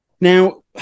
Now